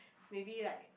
maybe like